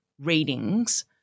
readings